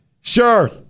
sure